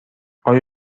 آیا